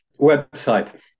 website